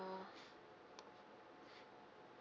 ah